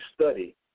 study